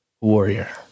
Warrior